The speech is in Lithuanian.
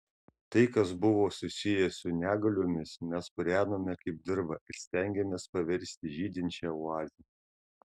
tai kas buvo susiję su negaliomis mes purenome kaip dirvą ir stengėmės paversti žydinčia oaze